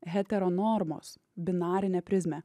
hetero normos binarinę prizmę